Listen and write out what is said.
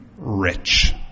rich